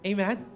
Amen